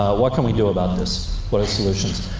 what can we do about this? what are the solutions?